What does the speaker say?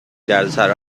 دردسرا